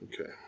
Okay